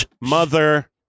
Mother